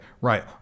right